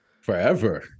forever